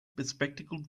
bespectacled